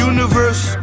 Universe